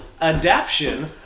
adaption